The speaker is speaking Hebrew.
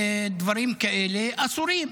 דברים כאלה אסורים,